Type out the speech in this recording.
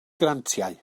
grantiau